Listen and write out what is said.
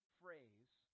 phrase